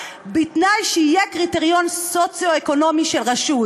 בתנאי שיהיה קריטריון סוציו-אקונומי של רשות,